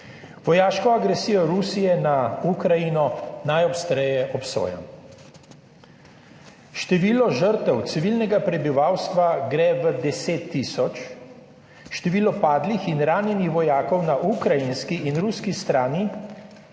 Vojaško agresijo Rusije na Ukrajino najostreje obsojam. Število žrtev civilnega prebivalstva gre v deset tisoč, število padlih in ranjenih vojakov na ukrajinski in ruski strani